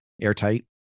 airtight